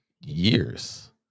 years